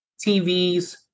TVs